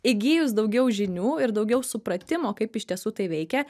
įgijus daugiau žinių ir daugiau supratimo kaip iš tiesų tai veikia